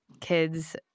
kids